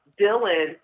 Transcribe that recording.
Dylan